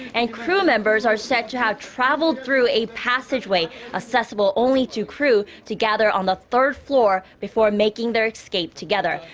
and crew members are said to have traveled through a passageway accessible only to crew to gather on the third floor before making their escape together.